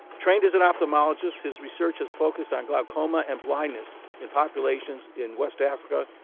trained as an ophthalmologist, his research has focused on glaucoma and blindness in populations in west africa,